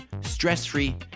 stress-free